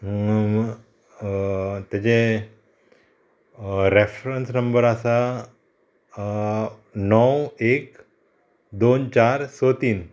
तेजे reference number आसा णव एक दोन चार स तीन